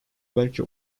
belki